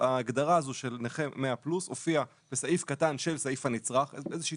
ההגדרה של נכה 100+ הופיעה בסעיף קטן של סעיף הנצרך איזו שהיא